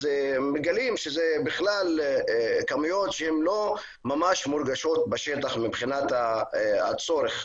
אז מגלים שזה בכלל כמויות שהן לא ממש מורגשות בשטח מבחינת הצורך.